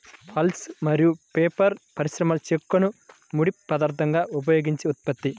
pulp మరియు paper పరిశ్రమలోచెక్కను ముడి పదార్థంగా ఉపయోగించే ఉత్పత్తి